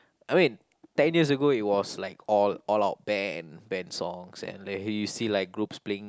I mean ten years ago it was like all all out band band songs and like you see like groups playing